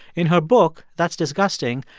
in her book that's disgusting,